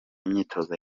imyitozo